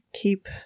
keep